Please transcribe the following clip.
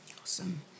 Awesome